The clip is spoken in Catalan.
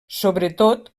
sobretot